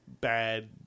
bad